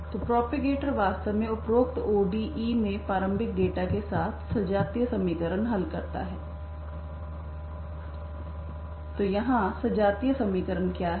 तो प्रोपेगेटर वास्तव में उपरोक्त ODE में प्रारंभिक डेटा के साथ सजातीय समीकरण हल करता है तो यहां सजातीय समीकरण क्या है